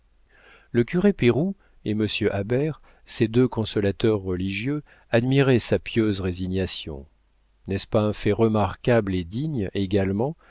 le curé péroux et monsieur habert ses deux consolateurs religieux admiraient sa pieuse résignation n'est-ce pas un fait remarquable et digne également